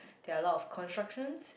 there are a lot of constructions